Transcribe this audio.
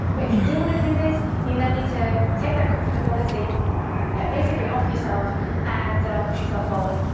but if you do wanna do this, you then need to take that comfortability basically off yourself and push yourself forward.